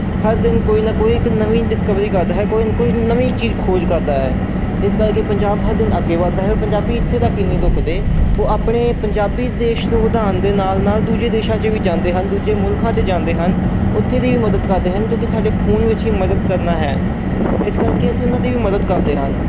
ਹਰ ਦਿਨ ਕੋਈ ਨਾ ਕੋਈ ਇੱਕ ਨਵੀਂ ਡਿਸਕਵਰੀ ਕਰਦਾ ਹੈ ਕੋਈ ਨਾ ਕੋਈ ਨਵੀਂ ਚੀਜ਼ ਖੋਜ ਕਰਦਾ ਹੈ ਇਸ ਕਰਕੇ ਪੰਜਾਬ ਹਰ ਦਿਨ ਅੱਗੇ ਵੱਧਦਾ ਹੈ ਪੰਜਾਬੀ ਇੱਥੇ ਤੱਕ ਹੀ ਨਹੀਂ ਰੁਕਦੇ ਉਹ ਆਪਣੇ ਪੰਜਾਬੀ ਦੇਸ਼ ਨੂੰ ਵਧਾਉਣ ਦੇ ਨਾਲ ਨਾਲ ਦੂਜੇ ਦੇਸ਼ਾਂ 'ਚ ਵੀ ਜਾਂਦੇ ਹਨ ਦੂਜੇ ਮੁਲਕਾਂ 'ਚ ਜਾਂਦੇ ਹਨ ਉੱਥੇ ਦੀ ਵੀ ਮਦਦ ਕਰਦੇ ਹਨ ਕਿਉਂਕਿ ਸਾਡੇ ਖੂਨ ਵਿੱਚ ਹੀ ਮਦਦ ਕਰਨਾ ਹੈ ਇਸ ਕਰਕੇ ਅਸੀਂ ਉਹਨਾਂ ਦੀ ਵੀ ਮਦਦ ਕਰਦੇ ਹਨ